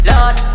Lord